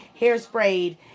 hairsprayed